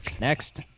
Next